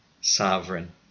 sovereign